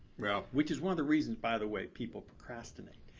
yeah which is one of the reasons, by the way, people procrastinate.